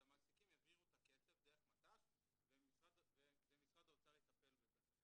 אז המעסיקים יעבירו את הכסף דרך מת"ס ומשרד האוצר יטפל בזה.